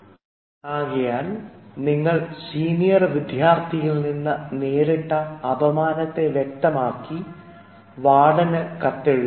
ആയതിനാൽ നിങ്ങൾ സീനിയർ വിദ്യാർത്ഥിയിൽ നിന്നും നേരിട്ട അപമാനത്തെ വ്യക്തമാക്കി വാർഡന് കത്തെഴുതി